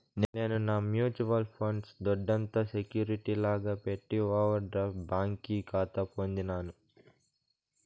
నేను నా mutual funds దొడ్డంత సెక్యూరిటీ లాగా పెట్టి ఓవర్ డ్రాఫ్ట్ బ్యాంకి కాతా పొందినాను